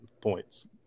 points